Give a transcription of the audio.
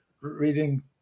reading